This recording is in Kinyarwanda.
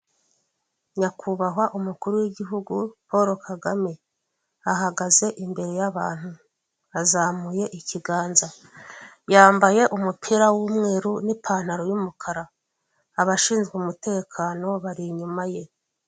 Abantu bari kureba ibyo bagura mw'isoko riri gucuruza amavuta n'amasabune..